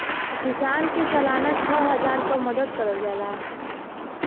किसान के सालाना छः हजार क मदद करल जाला